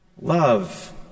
Love